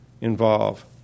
involve